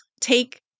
take